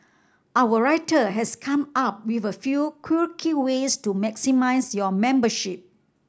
our writer has come up with a few quirky ways to maximise your membership